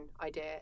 idea